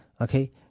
okay